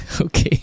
okay